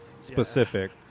specific